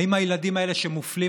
הילדים האלה שמופלים,